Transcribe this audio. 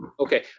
okay,